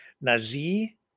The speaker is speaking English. Nazi